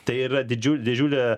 tai yra didžių didžiulė